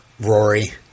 Rory